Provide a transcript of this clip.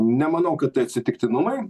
nemanau kad tai atsitiktinumai